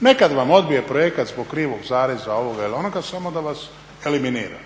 Nekad vam odbije projekat zbog krivog zareza, ovoga ili onoga samo da vas eliminira.